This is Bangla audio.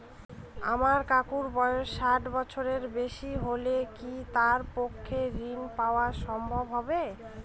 আমার কাকুর বয়স ষাট বছরের বেশি হলে কি তার পক্ষে ঋণ পাওয়া সম্ভব হবে?